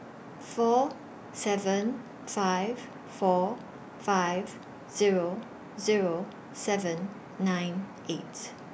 four seven five four five Zero Zero seven nine eight